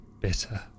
bitter